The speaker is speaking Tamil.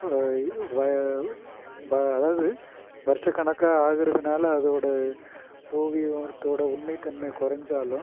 வ ப அதாவது வர்ஷ கணக்கா ஆகிறதுனால அதோடய ஓவியோடத்தோடய உண்மைத் தன்மை குறஞ்சாலும்